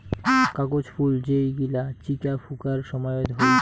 কাগজ ফুল যেই গিলা চিকা ফুঁকার সময়ত হই